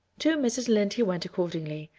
to mrs. lynde he went accordingly,